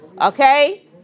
Okay